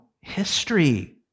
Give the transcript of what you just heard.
history